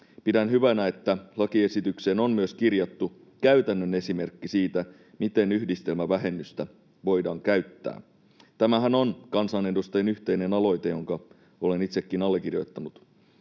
Pidän hyvänä, että lakiesitykseen on myös kirjattu käytännön esimerkki siitä, miten yhdistelmävähennystä voidaan käyttää. Tämähän on kansanedustajien yhteinen aloite, jonka olen itsekin allekirjoittanut.